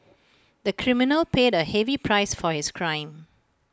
the criminal paid A heavy price for his crime